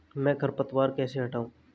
मैं खरपतवार कैसे हटाऊं?